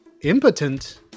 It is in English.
impotent